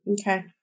Okay